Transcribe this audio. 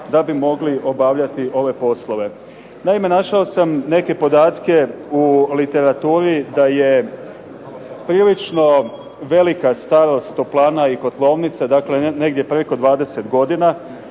da bi mogli obavljati ove poslove. Naime, našao sam neke podatke u literaturi da je prilično velika starost toplana i kotlovnica, dakle negdje preko 20 godina,